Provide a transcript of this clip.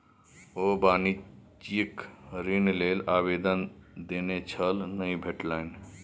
ओ वाणिज्यिक ऋण लेल आवेदन देने छल नहि भेटलनि